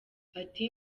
ati